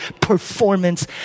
performance